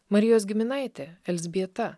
marijos giminaitė elzbieta